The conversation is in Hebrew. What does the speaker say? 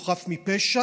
הוא חף מפשע,